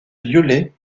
violet